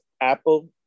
apple